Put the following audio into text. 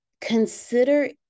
consider